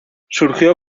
surgió